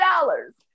dollars